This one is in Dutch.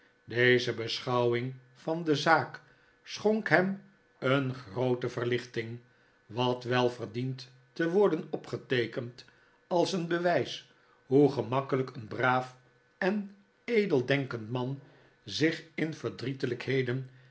deze beschouwing van de zaak schonk hem een groote verlichting wat wel verdient te worden opgeteekend als een bewijs hoe gemakkelijk een braaf en edeldenkend man zich in verdrietelijkheden